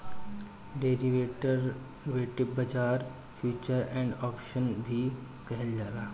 derivative बाजार futures and option भी कहल जाला